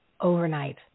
overnight